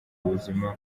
ubuzima